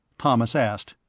thomas asked.